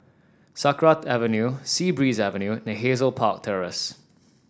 Sakra Avenue Sea Breeze Avenue and Hazel Park Terrace